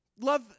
love